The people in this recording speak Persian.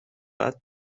بعد